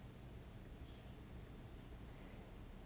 a rather avocado